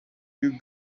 you